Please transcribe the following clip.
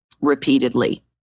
repeatedly